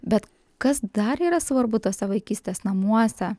bet kas dar yra svarbu tuose vaikystės namuose